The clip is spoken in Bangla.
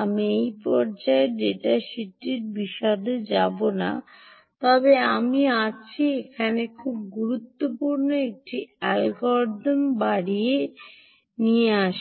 আমি এই পর্যায়ে ডেটা শীটটির বিশদে যাব না তবে আমি আছি এখানে খুব গুরুত্বপূর্ণ একটি অ্যালগরিদম বাড়িতে